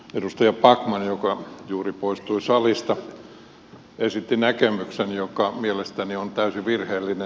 edustaja backman joka juuri poistui salista esitti näkemyksen joka mielestäni on täysin virheellinen